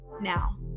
now